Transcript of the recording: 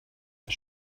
the